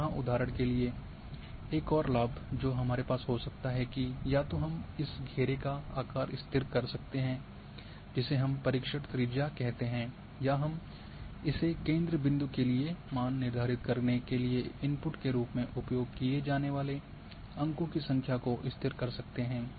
और यहाँ उदाहरण के लिए एक और लाभ जो हमारे पास हो सकता है कि या तो हम इस घेरे का आकार स्थिर कर सकते है जिसे हम परिक्षण त्रिज्या कहते है या हम इस केंद्र बिंदु के लिए मान निर्धारित करने के लिए इनपुट के रूप में उपयोग किए जाने वाले अंकों की संख्या को स्थिर कर सकते हैं